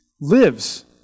lives